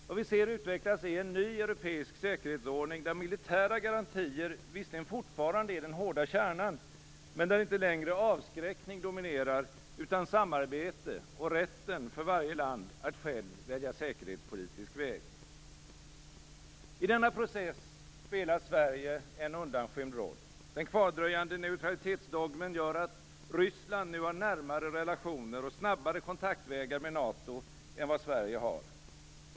Vad vi ser utvecklas är en ny europeisk säkerhetsordning, där militära garantier visserligen fortfarande är den hårda kärnan, men där inte längre avskräckning dominerar utan i stället samarbete och rätten för varje land att självt välja säkerhetspolitisk väg. I denna process spelar Sverige en undanskymd roll. Den kvardröjande neutralitetsdogmen gör att Ryssland nu har närmare relationer och snabbare kontaktvägar med NATO än vad Sverige har.